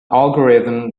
algorithm